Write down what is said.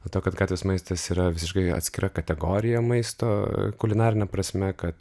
dėl to kad gatvės maistas yra visiškai atskira kategorija maisto kulinarine prasme kad